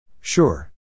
Sure